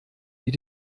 die